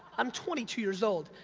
i'm twenty two years old,